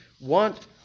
want